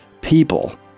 people